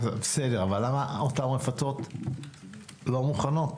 בסדר, אבל למה אותן רפתות לא מוכנות?